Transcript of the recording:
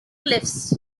cliffs